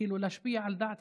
להשפיע על דעת